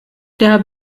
der